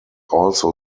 also